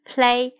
Play